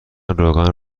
روغن